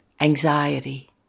anxiety